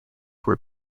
were